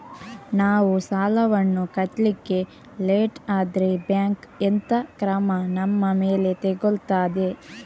ನಾವು ಸಾಲ ವನ್ನು ಕಟ್ಲಿಕ್ಕೆ ಲೇಟ್ ಆದ್ರೆ ಬ್ಯಾಂಕ್ ಎಂತ ಕ್ರಮ ನಮ್ಮ ಮೇಲೆ ತೆಗೊಳ್ತಾದೆ?